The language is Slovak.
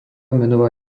menová